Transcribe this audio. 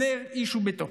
"נר איש וביתו",